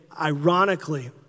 ironically